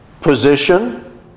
position